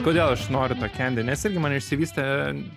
kodėl aš noriu to candy nes irgi mane išsivystė